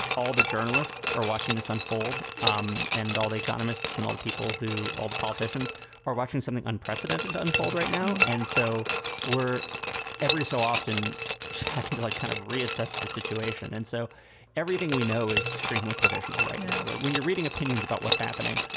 all the journalists are watching this unfold um and all the economists and all the people who all the politicians are watching something unprecedented unfold right now. and so were every so often just having to, like, kind of reassess the situation. and so everything we know is extremely professional right now. like when you're reading opinions about what's happening,